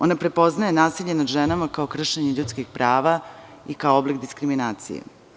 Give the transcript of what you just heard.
Ona prepoznaje nasilje nad ženama kao kršenje ljudskih prava i kao oblik diskriminacije.